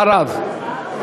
אחריו.